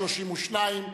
32,